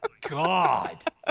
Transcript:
God